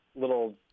little